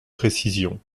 précisions